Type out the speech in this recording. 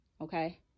Okay